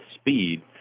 speed